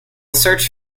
search